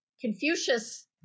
Confucius